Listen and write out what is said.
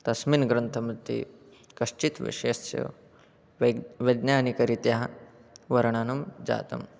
तस्मिन् ग्रन्थमध्ये कश्चित् विषयस्य वैज् वैज्ञानिकरीत्या वर्णनं जातम्